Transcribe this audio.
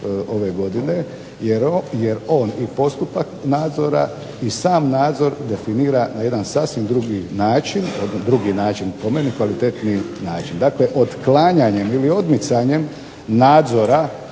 ove godine, jer on i postupak nadzora i sam nadzor definira jedan sasvim drugi način, drugi način po meni, kvalitetniji način. Dakle, otklanjanjem ili odmicanjem nadzora